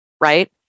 right